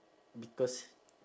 because